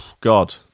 God